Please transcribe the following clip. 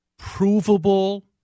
provable